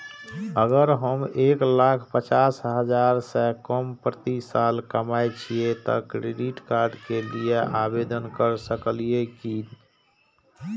अगर हम एक लाख पचास हजार से कम प्रति साल कमाय छियै त क्रेडिट कार्ड के लिये आवेदन कर सकलियै की?